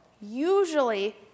usually